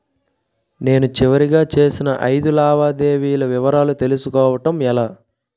నేను చివరిగా చేసిన ఐదు లావాదేవీల వివరాలు తెలుసుకోవటం ఎలా?